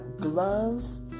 gloves